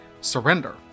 surrender